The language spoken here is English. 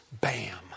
Bam